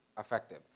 effective